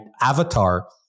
avatar